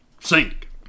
sink